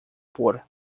por